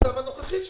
במצב הנוכחי שלו.